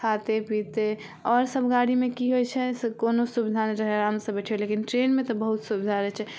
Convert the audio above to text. खाते पीते आओर सब गाड़ीमे की होइ छै से कोनो सुबिधा नहि रहै हइ आरामसे बैठियौ लेकिन ट्रेनमे तऽ बहुत सुबिधा रहै छै